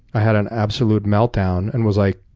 i had an absolute meltdown and was like,